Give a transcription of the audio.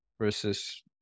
versus